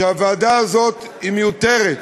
שהוועדה הזאת היא מיותרת.